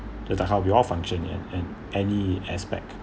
the the how we all function and and any aspect